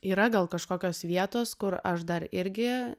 yra gal kažkokios vietos kur aš dar irgi